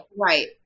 Right